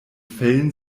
fällen